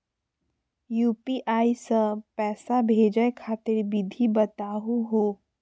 UPI स पैसा भेजै खातिर विधि बताहु हो?